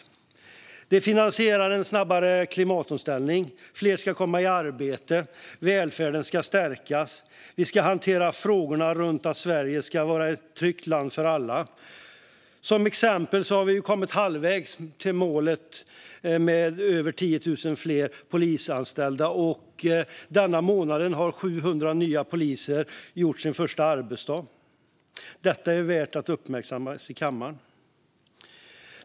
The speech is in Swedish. Skatterna finansierar en snabbare klimatomställning, att fler ska komma i arbete och att välfärden ska stärkas. Vi ska hantera frågorna runt att Sverige ska vara ett tryggt land för alla. Som exempel kan jag nämna att vi har kommit halvvägs till målet om 10 000 fler polisanställda. Denna månad har 700 nya poliser gjort sin första arbetsdag. Detta är värt att uppmärksammas i kammaren.